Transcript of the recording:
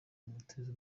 umutiza